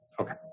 okay